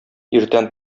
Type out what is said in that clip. иртән